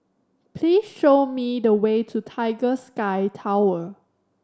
please show me the way to Tiger Sky Tower